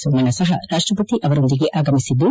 ಸೋಮಣ್ಣ ಸಹ ರಾಷ್ಟಪತಿ ಅವರೊಂದಿಗೆ ಆಗಮಿಸಿದ್ದು